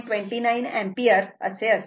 29 ampere असे असेल